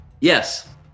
Yes